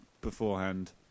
beforehand